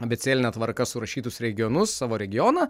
abėcėline tvarka surašytus regionus savo regioną